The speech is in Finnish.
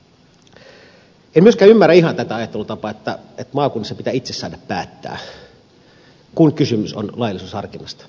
en myöskään ihan ymmärrä tätä ajattelutapaa että maakunnissa pitää itse saada päättää kun kysymys on laillisuusharkinnasta